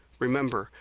remember,